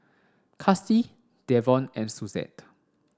Kasie Devon and Suzette